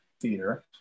Theater